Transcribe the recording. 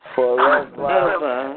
Forever